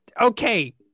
Okay